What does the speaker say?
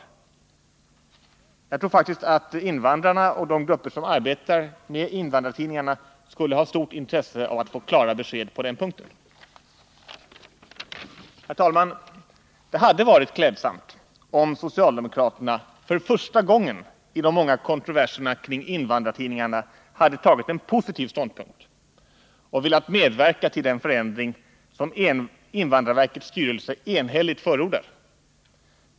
Jag tror faktiskt att invandrarna och de grupper som arbetar med invandrartidningarna har stort intresse av att få klara besked på den punkten. Herr talman! Det hade varit klädsamt om socialdemokraterna för första gången i de många kontroverserna kring invandrartidningarna hade intagit en positiv ståndpunkt och velat medverka till den förändring som invand 101 rarverkets styrelse enhälligt förordar.